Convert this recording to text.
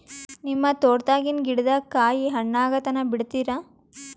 ನಿಮ್ಮ ತೋಟದಾಗಿನ್ ಗಿಡದಾಗ ಕಾಯಿ ಹಣ್ಣಾಗ ತನಾ ಬಿಡತೀರ?